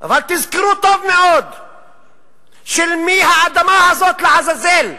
רק תזכרו טוב מאוד של מי האדמה הזאת, לעזאזל.